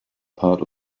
part